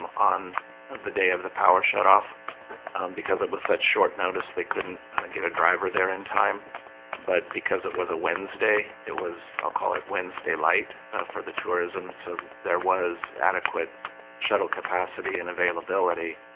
um on the day of the power shut off because it was such short notice. they couldn't get a driver there in time but because it was a wednesday it was i'll call it wednesday light for the tourism. so there was adequate shuttle capacity and availability